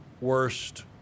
worst